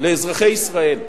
לאזרחי ישראל.